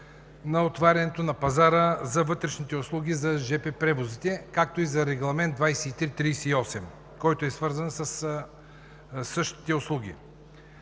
на отварянето на пазара за вътрешните услуги за жп превозите, както и с Регламент 2338, свързан със същите услуги.